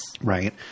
Right